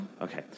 okay